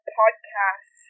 podcast